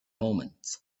moment